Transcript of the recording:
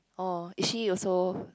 oh is she also